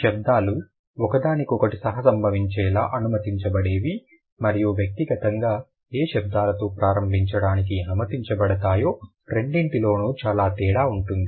శబ్దాలు ఒకదానికొకటి సహ సంభవించేలా అనుమతించబడేవి మరియు వ్యక్తిగతంగా ఏ శబ్దాలతో ప్రారంభించడానికి అనుమతించబడతాయో రెండింటిలోనూ చాలా తేడా ఉంటుంది